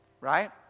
right